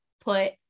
put